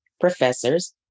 professors